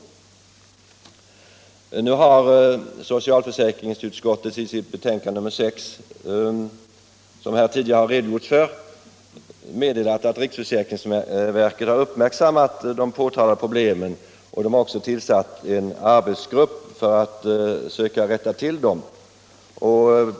Nu har socialförsäkringsutskottet i sitt betänkande 1976/77:6, vilket här tidigare redogjorts för, meddelat att riksförsäkringsverket har uppmärksammat de påtalade problemen och tillsatt en arbetsgrupp för att söka rätta till dem.